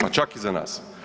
Pa čak i za nas.